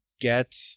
get